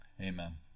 Amen